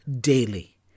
daily